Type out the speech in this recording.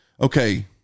okay